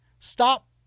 Stop